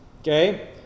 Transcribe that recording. Okay